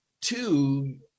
two